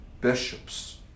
bishops